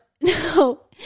No